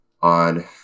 on